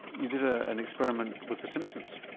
you did ah an experiment with the simpsons?